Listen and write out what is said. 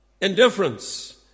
indifference